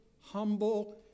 humble